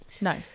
no